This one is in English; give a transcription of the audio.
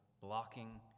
blocking